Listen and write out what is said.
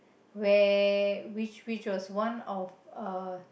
where which which was one of uh